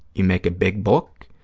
you make a big book,